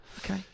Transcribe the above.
okay